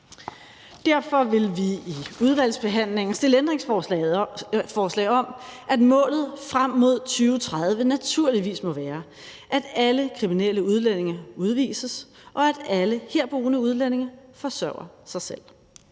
Derfor vil vi i udvalgsbehandlingen stille ændringsforslag om, at målet frem mod 2030 naturligvis må være, at alle kriminelle udlændinge udvises, og at alle herboende udlændinge forsørger sig selv.